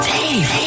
Dave